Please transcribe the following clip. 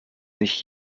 nicht